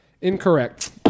Incorrect